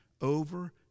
over